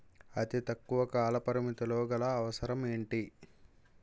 అతి తక్కువ కాల పరిమితి గల అవసరం ఏంటి